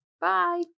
Bye